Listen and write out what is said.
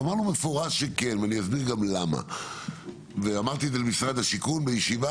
ואמרנו במפורש שכן ואני אסביר גם למה ואמרתי את זה למשרד השיכון בישיבה